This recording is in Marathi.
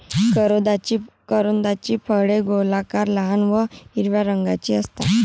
करोंदाची फळे गोलाकार, लहान व हिरव्या रंगाची असतात